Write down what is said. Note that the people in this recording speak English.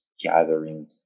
gathering